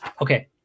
Okay